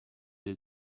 der